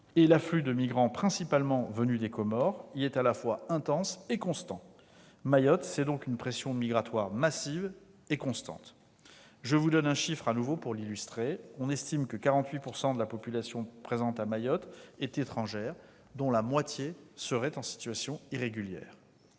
et l'afflux de migrants, principalement venus des Comores, y est à la fois intense et constant. Mayotte, c'est donc une pression migratoire massive et permanente. Un chiffre pour l'illustrer : on estime que 48 % de la population présente à Mayotte est étrangère, et la moitié serait en situation irrégulière.